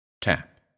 tap